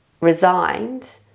resigned